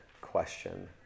question